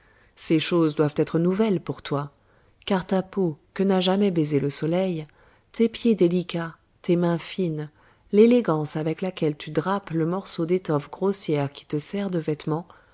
ces choses doivent être nouvelles pour toi car ta peau que n'a jamais baisée le soleil tes pieds délicats tes mains fines l'élégance avec laquelle tu drapes le morceau d'étoffe grossière qui te sert de